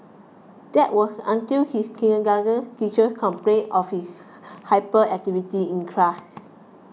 that was until his kindergarten teacher complained of his hyperactivity in class